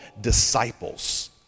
disciples